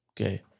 Okay